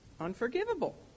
unforgivable